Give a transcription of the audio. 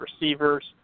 receivers